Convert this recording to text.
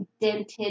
dented